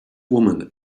woman